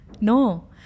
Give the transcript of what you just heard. No